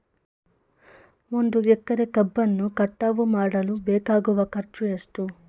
ಒಂದು ಎಕರೆ ಕಬ್ಬನ್ನು ಕಟಾವು ಮಾಡಲು ಬೇಕಾಗುವ ಖರ್ಚು ಎಷ್ಟು?